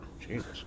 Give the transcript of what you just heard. Jesus